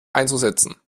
einzusetzen